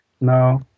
No